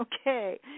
Okay